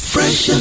Fresh